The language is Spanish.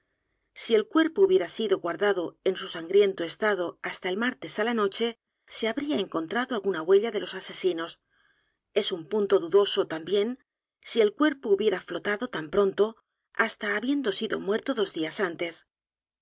si el cuerpo hubiera sido guardado en su sangriento estado hasta el martes á la noche se habría encontrado alguna huella de los asesinos e s un punto dudoso también si el cuerpo hubiera flotado tan pronto h a s t a habiendo sido muerto dos días antes